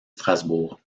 strasbourg